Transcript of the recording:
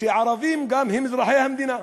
שערבים גם הם אזרחי המדינה,